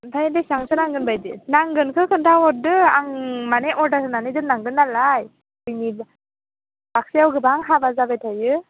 ओमफ्राय बेसेबांसो नांगोन बायदि नांगोनखौ खोन्था हरदो आं माने अर्डार होनानै दोननांगोन नालाय जोंनि बाकसायाव गोबां हाबा जाबाय थायो